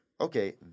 okay